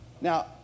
Now